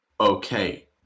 Okay